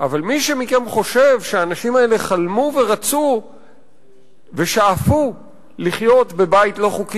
אבל מי מכם שחושב שהאנשים האלה חלמו ורצו ושאפו לחיות בבית לא חוקי,